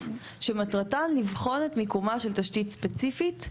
שמטרתן לבחון את מיקומה של תשתית ספציפית.